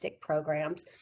programs